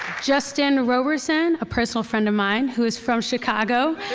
justin roberson, a personal friend of mine, who is from chicago,